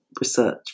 research